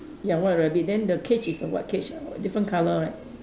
ya white rabbit then the cage is a what cage ah different colour right